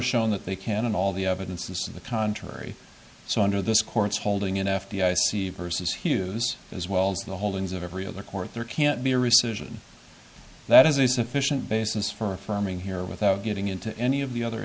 that they can and all the evidence is to the contrary so under this court's holding in f d i c versus hughes as well as the holdings of every other court there can't be a rescission that is a sufficient basis for affirming here without getting into any of the other